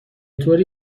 طوری